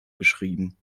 beschrieben